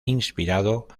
inspirado